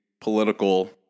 political